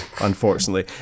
unfortunately